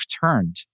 turned